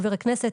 חבר הכנסת